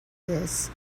this